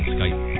Skype